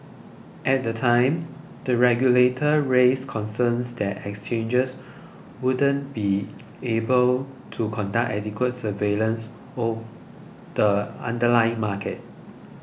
at the time the regulator raised concerns that exchanges wouldn't be able to conduct adequate surveillance of the underlying market